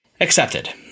accepted